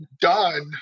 done